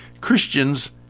Christians